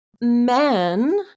men